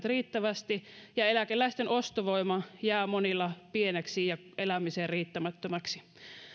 riittävästi ja eläkeläisten ostovoima jää monilla pieneksi ja elämiseen riittämättömäksi